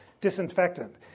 disinfectant